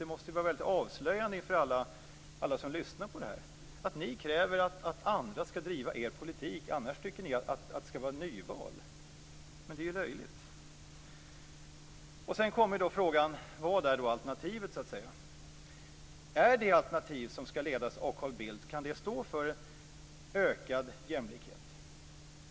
Det måste vara väldigt avslöjande för alla som lyssnar på debatten. Ni kräver att andra skall driva er politik, annars tycker ni att det skall utlysas ett nyval. Det är löjligt. Vad är då alternativet? Kan Carl Bildts alternativ stå för ökad jämlikhet?